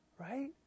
right